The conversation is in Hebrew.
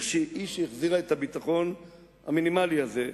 היא שהחזירה את הביטחון המינימלי הזה,